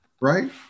right